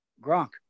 Gronk